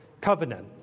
covenant